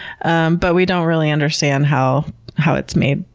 um but we don't really understand how how it's made,